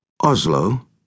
Oslo